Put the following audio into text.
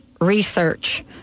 research